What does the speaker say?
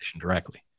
directly